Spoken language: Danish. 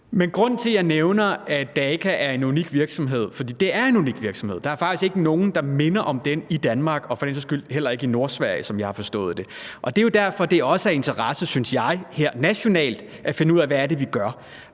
nævner, at Daka er en unik virksomhed, for det er en unik virksomhed – der er faktisk ikke nogen, der minder om den i Danmark og for den sags skyld heller ikke i Nordsverige, som jeg har forstået det – er, at det derfor også er af interesse, synes jeg, her nationalt at finde ud af, hvad vi gør.